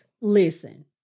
Listen